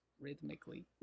rhythmically